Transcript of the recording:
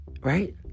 Right